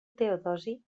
teodosi